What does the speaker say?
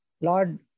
Lord